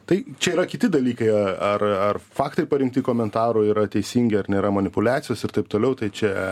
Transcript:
tai čia yra kiti dalykai ar ar faktai parinkti komentarui yra teisingi ar nėra manipuliacijos ir taip toliau tai čia